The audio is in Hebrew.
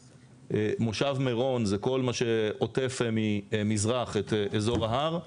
מושב מירון זה כל מה שעוטף ממזרח את אזור ההר.